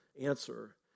answer